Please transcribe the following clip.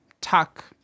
tuck